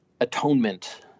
atonement